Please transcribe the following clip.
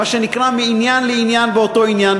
מה שנקרא מעניין לעניין באותו עניין,